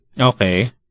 Okay